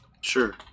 sure